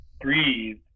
breathe